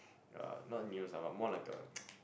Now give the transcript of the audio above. uh not news ah but more like a